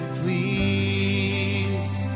please